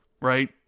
right